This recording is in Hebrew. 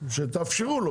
שתאפשרו לו.